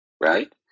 right